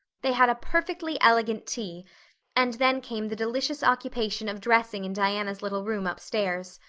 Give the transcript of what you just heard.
they had a perfectly elegant tea and then came the delicious occupation of dressing in diana's little room upstairs.